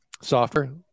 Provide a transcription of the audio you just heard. software